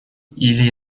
или